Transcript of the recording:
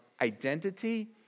identity